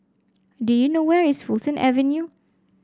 do you know where is Fulton Avenue